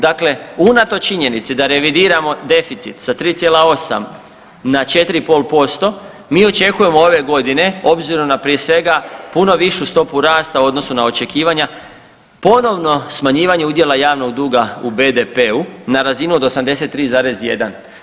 Dakle, unatoč činjenici da revidiramo deficit sa 3,8 na 4,5% mi očekujemo ove godine obzirom na prije svega puno višu stopu rasta u odnosu na očekivanja ponovno smanjivanje udjela javnog duga u BDP-u na razinu od 83,1.